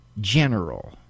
general